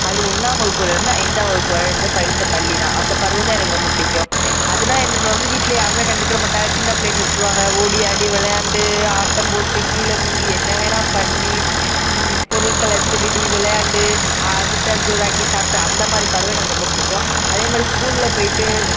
அது ஒன்றாம் வகுப்புலேருந்து ஐந்தாம் வகுப்பு வரை இருந்த படித்த பள்ளிதான் அந்த பருவந்தான் எனக்கு பிடிக்கும் அதுலாம் நம்மளை வீட்டில் யாரும் கண்டுக்கிற மாட்டாங்க சின்ன பிள்ளையின்னு விட்ருவாக ஓடி ஆடி விளையாண்டு ஆட்டம் போட்டு கீழே விழுந்து என்ன வேணா பண்ணி பொருள்களை திருடி விளையாண்டு கூட்டாஞ்சோறு ஆக்கி சாப்பிட்டு அந்தமாதிரி பருவம் எனக்கு ரொம்ப பிடிக்கும் அதேமாதிரி ஸ்கூலில் போய்ட்டு